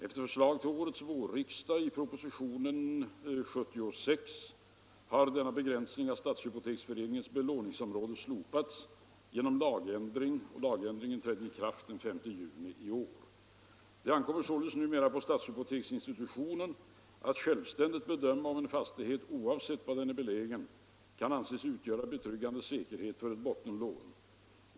Efter förslag till årets vårriksdag i propositionen 76 har denna begränsning av stadshypoteksförenings belåningsområde slopats genom lagändring som trädde i kraft den 5 juni i år. Det ankommer således numera på stadshypoteksinstitutionen att självständigt bedöma om en fastighet, oavsett var den är belägen, kan anses utgöra betryggande säkerhet för ett bottenlån.